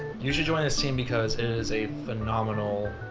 you should join this team because it is a phenomenal,